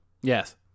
yes